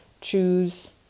Choose